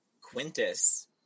Quintus